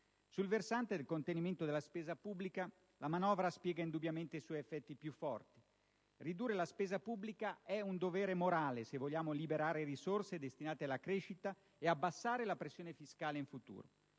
Sul versante del contenimento della spesa pubblica, la manovra spiega indubbiamente i suoi effetti più forti. Ridurre la spesa pubblica è un dovere morale se vogliamo liberare risorse destinate alla crescita e abbassare la pressione fiscale in futuro.